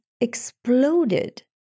exploded